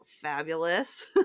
fabulous